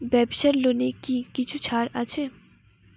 ব্যাবসার লোনে কি কিছু ছাড় আছে?